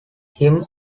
him